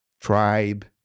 tribe